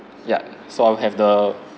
ya so I'll have the